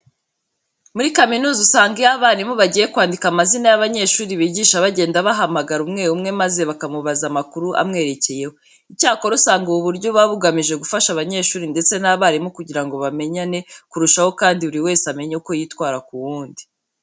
Muri kaminuza usanga iyo abarimu bagiye kwandika amazina y'abanyeshuri bigisha bagenda bahamagara umwe umwe maze bakamubaza amakuru amwerekeyeho. Icyakora usanga ubu buryo buba bugamije gufasha abanyeshuri ndetse n'abarimu kugira ngo bamenyane kurushaho kandi buri wese amenye uko yitwara ku wundi.